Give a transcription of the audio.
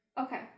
Okay